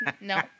No